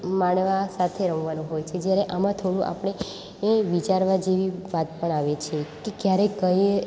માણવા સાથે રમવાનું હોય છે જ્યારે આમાં થોડું આપણે વિચારવા જેવી વાત પણ આવે છે કે ક્યારે કઈ એ